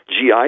GI